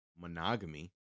monogamy